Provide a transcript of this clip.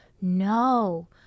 no